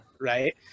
right